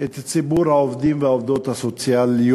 את ציבור העובדים הסוציאליים והעובדות הסוציאליות,